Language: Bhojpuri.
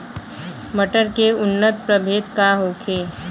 मटर के उन्नत प्रभेद का होखे?